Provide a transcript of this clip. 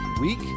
week